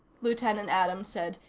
lieutenant adams said.